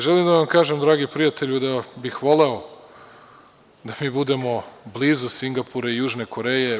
Želim da vam kažem, dragi prijatelji, da bih voleo da mi budemo blizu Singapura i Južne Koreje.